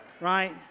Right